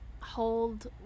Hold